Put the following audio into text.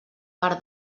per